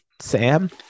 Sam